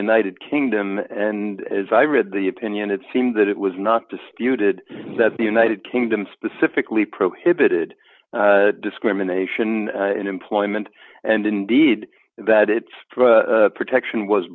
united kingdom and as i read the opinion it seems that it was not disputed that the united kingdom specifically prohibited discrimination in employment and indeed that its protection was